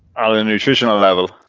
on a nutritional level?